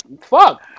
fuck